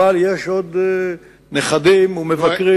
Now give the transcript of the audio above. אבל יש עוד נכדים ומבקרים.